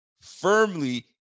firmly